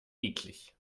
eklig